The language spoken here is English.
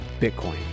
Bitcoin